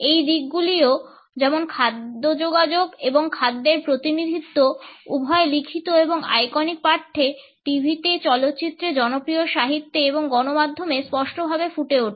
এই দিকগুলিও যেমন খাদ্য যোগাযোগ এবং খাদ্যের প্রতিনিধিত্ব উভয় লিখিত এবং আইকনিক পাঠ্যে টিভিতে চলচ্চিত্রে জনপ্রিয় সাহিত্যে এবং গণমাধ্যমে স্পষ্টভাবে ফুটে ওঠে